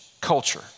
culture